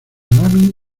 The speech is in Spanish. nami